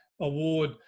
Award